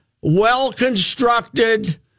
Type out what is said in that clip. well-constructed